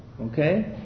Okay